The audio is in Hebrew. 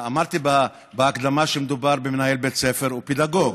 אמרתי בהקדמה שמדובר במנהל בית ספר ופדגוג.